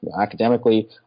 academically